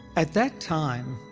at that time,